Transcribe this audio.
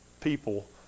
people